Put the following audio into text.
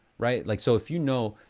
right? like so if you know,